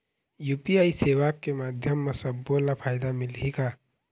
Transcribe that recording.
UPI सेवा के माध्यम म सब्बो ला फायदा मिलही का?